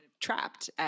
trapped